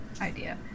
idea